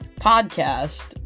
podcast